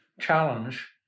challenge